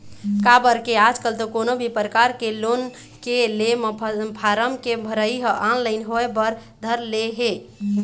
काबर के आजकल तो कोनो भी परकार के लोन के ले म फारम के भरई ह ऑनलाइन होय बर धर ले हे